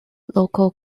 local